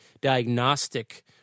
diagnostic